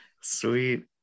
Sweet